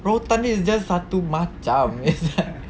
rotan dia is just satu macam